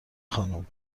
خانم